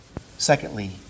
Secondly